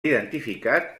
identificat